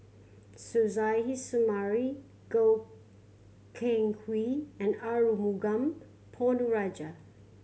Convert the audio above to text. Suzairhe Sumari Goh Keng Hui and Arumugam Ponnu Rajah